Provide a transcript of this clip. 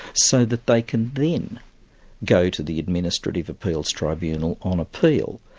so that they can then go to the administrative appeals tribunal on appeal.